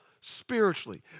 Spiritually